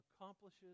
accomplishes